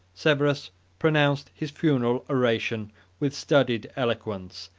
severus pronounced his funeral oration with studied eloquence,